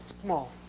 small